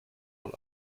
mal